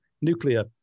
Nuclear